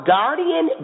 guardian